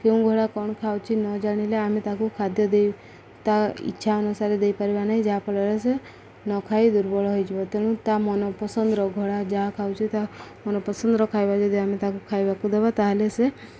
କେଉଁ ଘୋଡ଼ା କ'ଣ ଖାଉଛି ନ ଜାଣିଲେ ଆମେ ତାକୁ ଖାଦ୍ୟ ଦେଇ ତା' ଇଚ୍ଛା ଅନୁସାରେ ଦେଇପାରିବା ନାହିଁ ଯାହାଫଳରେ ସେ ନଖାଇ ଦୁର୍ବଳ ହେଇଯିବ ତେଣୁ ତା' ମନପସନ୍ଦର ଘୋଡ଼ା ଯାହା ଖାଉଛି ତା' ମନପସନ୍ଦର ଖାଇବା ଯଦି ଆମେ ତାକୁ ଖାଇବାକୁ ଦେବା ତାହେଲେ ସେ